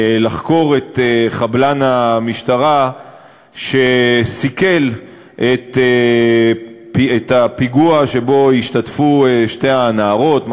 לחקור את חבלן המשטרה שסיכל את הפיגוע שבו השתתפו שתי הנערות,